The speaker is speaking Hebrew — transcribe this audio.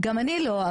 גם אני לא,